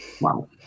Wow